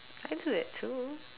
I do that too